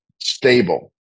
stable